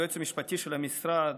היועץ המשפטי של המשרד,